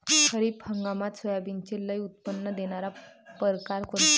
खरीप हंगामात सोयाबीनचे लई उत्पन्न देणारा परकार कोनचा?